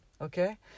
Okay